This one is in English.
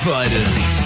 Fighters